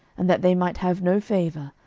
and that they might have no favour,